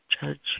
judge